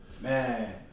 Man